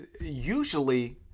usually